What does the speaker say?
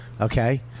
okay